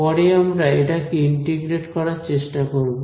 পরে আমরা এটাকে ইন্টিগ্রেট করার চেষ্টা করব